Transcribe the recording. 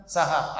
Saha